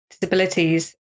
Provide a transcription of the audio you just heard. disabilities